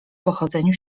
pochodzeniu